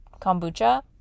kombucha